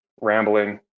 rambling